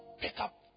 pickup